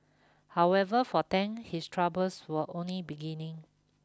however for Tang his troubles were only beginning